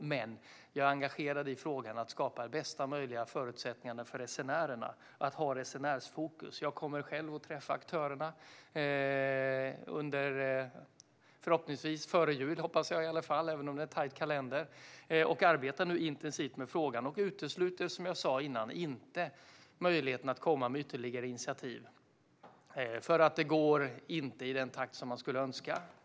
Jag är engagerad i frågan att skapa bästa möjliga förutsättningar för resenärerna, att ha resenärsfokus. Jag kommer att träffa aktörerna före jul - hoppas jag i alla fall, även om det är tajt i kalendern - och arbetar nu intensivt med frågan. Jag utesluter som sagt inte möjligheten att komma med ytterligare initiativ, för det går inte i den takt som man skulle önska.